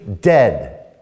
dead